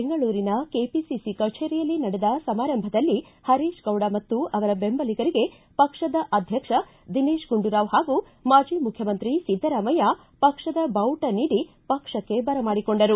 ಬೆಂಗಳೂರಿನ ಕೆಪಿಸಿಸಿ ಕಚೇರಿಯಲ್ಲಿ ನಡೆದ ಸಮಾರಂಭದಲ್ಲಿ ಹರೀಶ ಗೌಡ ಮತ್ತು ಅವರ ಬೆಂಬಲಿಗರಿಗೆ ಪಕ್ಷದ ಅಧ್ಯಕ್ಷ ದಿನೇಶ್ ಗುಂಡೂರಾವ್ ಹಾಗೂ ಮಾಜಿ ಮುಖ್ಯಮಂತ್ರಿ ಸಿದ್ದರಾಮಯ್ಯ ಪಕ್ಷದ ಬಾವುಟ ನೀಡಿ ಪಕ್ಷಕ್ಕೆ ಬರಮಾಡಿಕೊಂಡರು